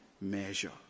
measure